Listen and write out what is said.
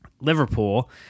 Liverpool